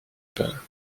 pas